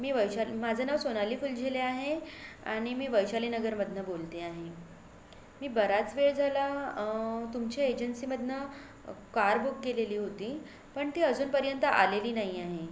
मी वैशाल माझं नाव सोनाली फुलझिले आहे आणि मी वैशालीनगरमधनं बोलते आहे मी बराच वेळ झाला तुमच्या एजन्सीमधनं कार बुक केलेली होती पण ती अजूनपर्यंत आलेली नाही आहे